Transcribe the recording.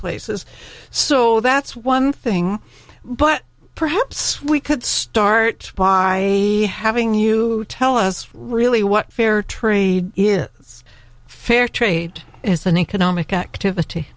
places so that's one thing but perhaps we could start by having you tell us really what fair trade is fair trade is an economic activity